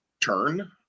turn